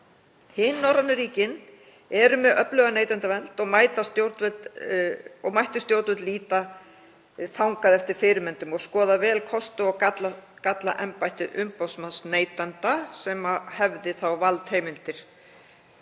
Hin norrænu ríkin eru með öfluga neytendavernd og mættu stjórnvöld líta þangað eftir fyrirmyndum og skoða vel kosti og galla embættis umboðsmanns neytenda sem hefði valdheimildir.